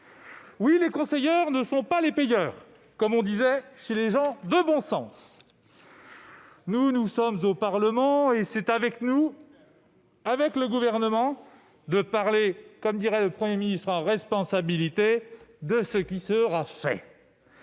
! Les conseilleurs ne sont pas les payeurs, comme on dit chez les gens de bon sens ... Nous, nous sommes au Parlement, et c'est à nous, avec le Gouvernement, de parler, comme dirait le Premier ministre, « en responsabilité » de ce qui sera fait.